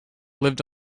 lived